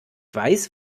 weiß